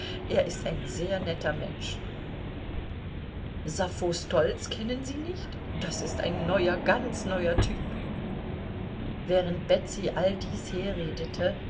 er ist ein sehr netter mensch sappho stoltz kennen sie nicht das ist ein neuer ganz neuer typ während betsy all dies herredete